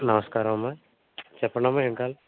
నమస్కారమమ్మా చెప్పండమ్మ ఏం కావాలి